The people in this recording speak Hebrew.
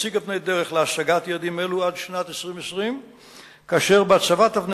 תציג אבני דרך להשגת יעדים אלו עד שנת 2020. בהצבת אבני